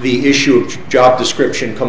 the issue of job description comes